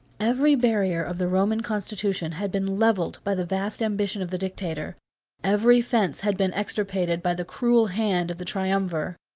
every barrier of the roman constitution had been levelled by the vast ambition of the dictator every fence had been extirpated by the cruel hand of the triumvir.